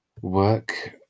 work